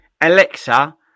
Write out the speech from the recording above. Alexa